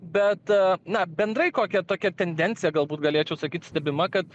bet na bendrai kokia tokia tendencija galbūt galėčiau sakyt stebima kad